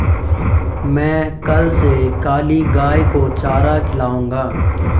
मैं कल से काली गाय को चारा खिलाऊंगा